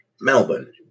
Melbourne